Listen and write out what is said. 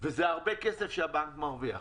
ומדובר בהרבה כסף שהבנק מרוויח,